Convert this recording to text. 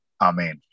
Amen